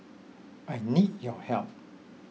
I need your help